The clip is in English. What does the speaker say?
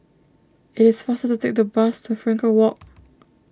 it is faster to take the bus to Frankel Walk